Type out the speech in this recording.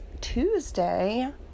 Tuesday